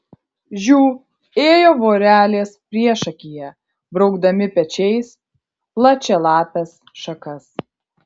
žiu ėjo vorelės priešakyje braukdami pečiais plačialapes šakas